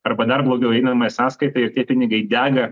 arba dar blogiau einamąją sąskaitą ir tie pinigai dega